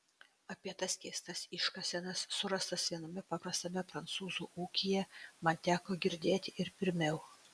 apie tas keistas iškasenas surastas viename paprastame prancūzų ūkyje man teko girdėti ir pirmiau